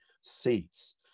seats